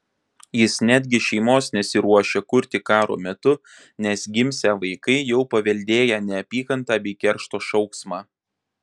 jis netgi šeimos nesiruošia kurti karo metu nes gimsią vaikai jau paveldėję neapykantą bei keršto šauksmą